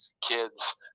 kids